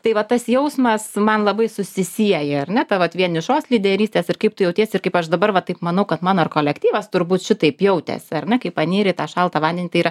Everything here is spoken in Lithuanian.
tai va tas jausmas man labai susisieja ar ne ta vat vienišos lyderystės ir kaip tu jautiesi ir kaip aš dabar va taip manau kad mano ir kolektyvas turbūt šitaip jautėsi ar ne kai panyri į tą šaltą vandenį tai yra